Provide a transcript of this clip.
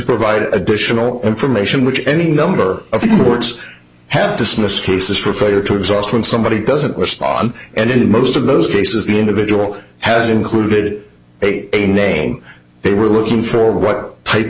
provide additional information which any number of reports have dismissed cases for failure to exhaust when somebody doesn't respond and in most of those cases the individual has included eight a name they were looking for or what type